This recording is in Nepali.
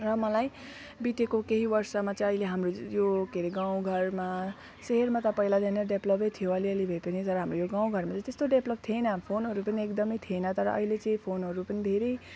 र मलाई बितेको केही वर्षमा चाहिँ अहिले हाम्रो यो के रे गाउँघरमा सहरमा त पहिलादेखिनै डेभ्लोपै थियो अलि अलि भए पनि तर हाम्रो यो गाउँघरमा चाहिँ त्यस्तो डेभ्लोप थिएन फोनहरू पनि एकदमै थिएन तर अहिले चाहिँ फोनहरू पनि धेरै